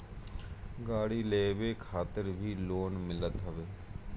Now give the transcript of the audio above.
गाड़ी लेवे खातिर भी लोन मिलत हवे